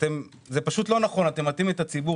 אתם מטעים את הציבור.